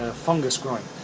ah fungus growing.